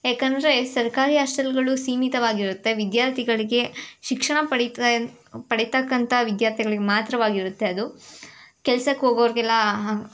ಏಕಂದರೆ ಸರ್ಕಾರಿ ಹಾಸ್ಟೆಲ್ಗಳು ಸೀಮಿತವಾಗಿರುತ್ತೆ ವಿದ್ಯಾರ್ಥಿಗಳಿಗೆ ಶಿಕ್ಷಣ ಪಡೀತಾ ಪಡೀತಕ್ಕಂಥ ವಿದ್ಯಾರ್ಥಿಗಳಿಗೆ ಮಾತ್ರವಾಗಿರುತ್ತೆ ಅದು ಕೆಲ್ಸಕ್ಕೆ ಹೋಗೋರಿಗೆಲ್ಲ